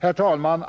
Herr talman!